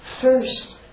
first